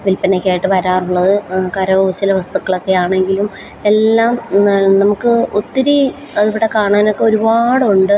വില്പനക്കായിട്ട് വരാറുള്ളത് കരകൗശല വസ്തുക്കളൊക്കെ ആണെങ്കിലും എല്ലാം നമുക്ക് ഒത്തിരി ഇവിടെ കാണാനൊക്കെ ഒരുപാടുണ്ട്